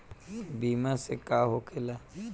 बीमा से का होखेला?